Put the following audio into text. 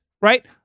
right